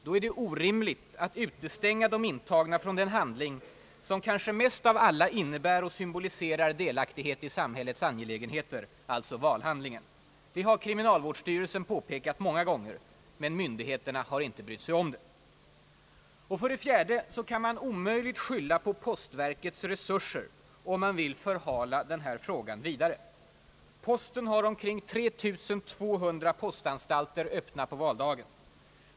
Då är det orimligt att utestänga de intagna från den handling som kanske mest av alla innebär och symboliserar delaktighet i samhällets angelägenheter, alltså valhandlingen. Det har kriminalvårdsstyrelsen påpekat många gånger. Men myndigheterna har inte brytt sig om det. För det fjärde kan man omöjligt skylla på postverkets resurser, om man vill förhala denna fråga vidare. Posten har omkring 3200 postanstalter öppna på valdagen.